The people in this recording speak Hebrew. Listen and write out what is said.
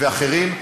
וכן אחרים,